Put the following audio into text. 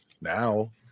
now